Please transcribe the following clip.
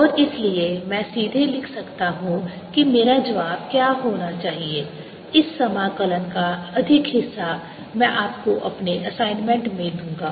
और इसलिए मैं सीधे लिख सकता हूं कि मेरा जवाब क्या होना चाहिए इस समाकलन का अधिक हिस्सा मैं आपको अपने असाइनमेंट में दूंगा